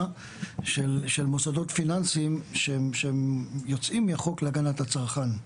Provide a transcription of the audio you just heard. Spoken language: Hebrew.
של מוסדות פיננסים שהם יוצאים מהחוק להגנת הצרכן.